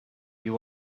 you